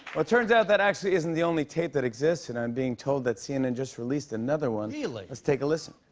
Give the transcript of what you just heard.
it turns out that actually isn't the only tape that exists. and i'm being told that cnn just released another one. really? let's take a listen.